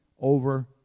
over